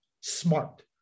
Smart